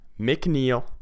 mcneil